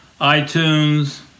iTunes